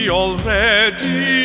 already